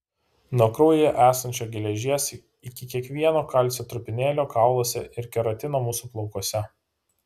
nuo kraujyje esančio geležies iki kiekvieno kalcio trupinėlio kauluose ir keratino mūsų plaukuose